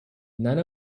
none